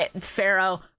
Pharaoh